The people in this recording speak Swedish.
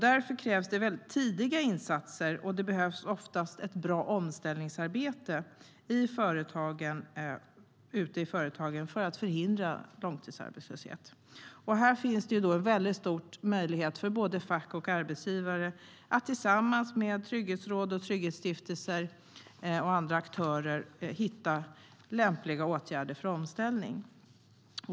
Därför krävs det tidiga insatser, och det behövs oftast ett bra omställningsarbete ute i företagen för att förhindra långtidsarbetslöshet. Här finns en stor möjlighet för fack och arbetsgivare att tillsammans med trygghetsråd, trygghetsstiftelser och andra aktörer hitta lämpliga åtgärder för omställning.